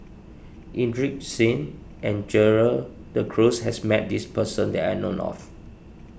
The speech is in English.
Inderjit Singh and Gerald De Cruz has met this person that I know of